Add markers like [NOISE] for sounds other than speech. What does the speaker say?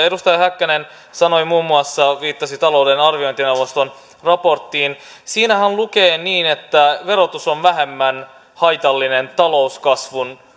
[UNINTELLIGIBLE] edustaja häkkänen muun muassa viittasi talouden arviointineuvoston raporttiin siinähän lukee niin että verotus on vähemmän haitallinen talouskasvun